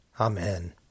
Amen